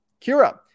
Kira